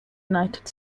united